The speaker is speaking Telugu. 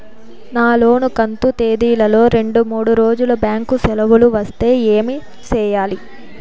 నా లోను కంతు తేదీల లో రెండు మూడు రోజులు బ్యాంకు సెలవులు వస్తే ఏమి సెయ్యాలి?